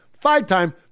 five-time